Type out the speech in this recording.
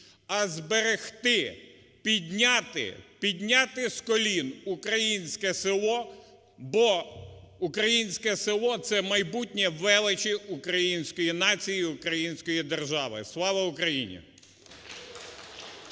підняти, підняти з колін українське село, бо українське село – це майбутня велич української нації і української держави. Слава Україні!